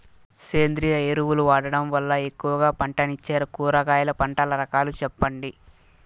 సేంద్రియ ఎరువులు వాడడం వల్ల ఎక్కువగా పంటనిచ్చే కూరగాయల పంటల రకాలు సెప్పండి?